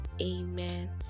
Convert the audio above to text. amen